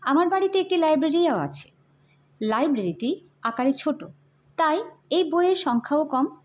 আমার বাড়িতে একটি লাইব্রেরিও আছে লাইব্রেরিটি আকারে ছোট তাই এই বইয়ের সংখ্যাও কম